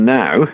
now